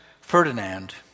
Ferdinand